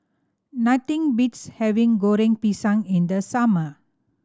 nothing beats having Goreng Pisang in the summer